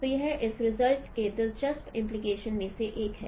तो यह इस रिजल्ट के दिलचस्प इंपलिकेशन में से एक है